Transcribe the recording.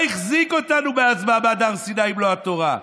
מה החזיק אותנו מאז מעמד הר סיני אם לא התורה?